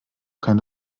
keine